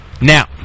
Now